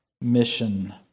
mission